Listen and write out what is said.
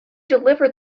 deliver